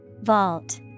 Vault